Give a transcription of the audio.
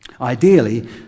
Ideally